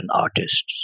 artists